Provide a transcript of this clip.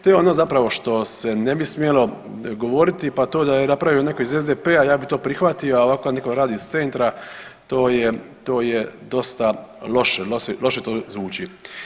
To je ono zapravo što se ne bi smjelo govoriti, pa to da je napravio netko iz SDP-a ja bi to prihvatio, a ovako kad netko radi iz centra to je, to je dosta loše, loše to zvuči.